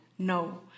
No